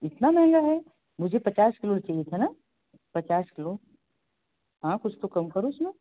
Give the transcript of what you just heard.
इतना महँगा है मुझे पचास किलो चाहिए था ना पचास किलो हाँ कुछ तो कम करो उसमें